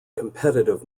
competitive